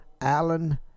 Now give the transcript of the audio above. Alan